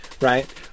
right